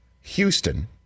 Houston